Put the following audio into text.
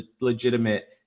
legitimate